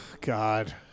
god